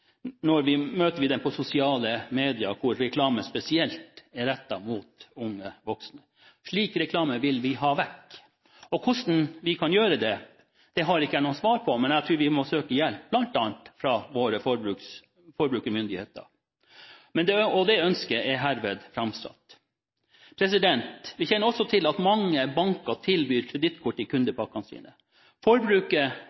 møter vi det på sosiale medier, der reklamen spesielt er rettet mot unge voksne. Slik reklame vil vi ha vekk. Hvordan vi kan gjøre det, har jeg ikke noe svar på, men jeg tror vi må søke hjelp hos bl.a. våre forbrukermyndigheter. Det ønsket er herved framsatt. Vi kjenner også til at mange banker tilbyr kredittkort i